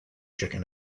chicken